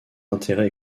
intérêt